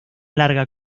larga